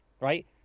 right